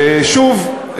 ושוב,